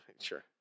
Sure